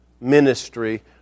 ministry